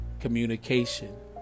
Communication